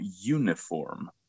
uniform